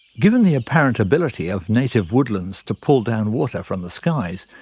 given the apparent ability of native woodlands to pull down water from the skies,